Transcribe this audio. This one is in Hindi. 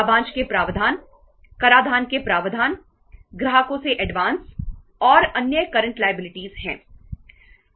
लायबिलिटी हैं